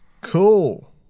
cool